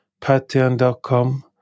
Patreon.com